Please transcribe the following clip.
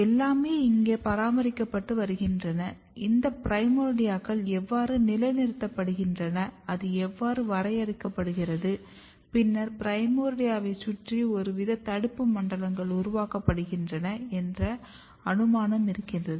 எல்லாமே இங்கே பராமரிக்கப்பட்டு வருகின்றன இந்த பிரைமோர்டியாக்கள் எவ்வாறு நிலைநிறுத்தப்படுகின்றன அது எவ்வாறு வரையறுக்கப்படுகிறது பின்னர் பிரைமோர்டியாவைச் சுற்றி ஒருவித தடுப்பு மண்டலங்கள் உருவாக்கப்படுகின்றன என்ற அனுமானம் இருக்கிறது